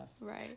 Right